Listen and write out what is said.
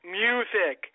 music